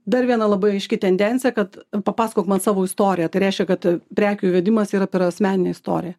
dar viena labai aiški tendencija kad papasakok man savo istoriją tai reiškia kad prekių įvedimas yra per asmeninę istoriją